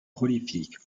prolifique